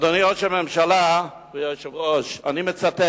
אדוני ראש הממשלה, אדוני היושב-ראש, אני מצטט